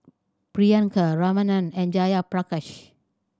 Priyanka Ramnath and Jayaprakash